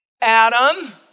Adam